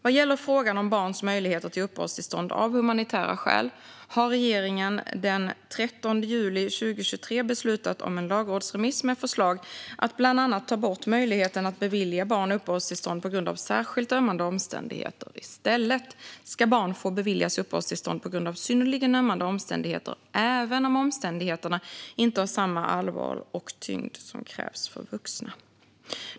Vad gäller frågan om barns möjligheter till uppehållstillstånd av humanitära skäl har regeringen den 13 juli 2023 beslutat om en lagrådsremiss med förslag om att bland annat ta bort möjligheten att bevilja barn uppehållstillstånd på grund av särskilt ömmande omständigheter. I stället ska barn få beviljas uppehållstillstånd på grund av synnerligen ömmande omständigheter även om omständigheterna inte har samma allvar och tyngd som krävs för vuxna.